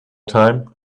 time